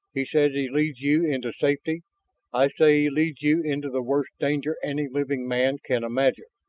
he says he leads you into safety i say he leads you into the worst danger any living man can imagine